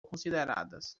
consideradas